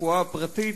הרפואה הפרטית,